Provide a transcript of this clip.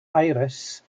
iris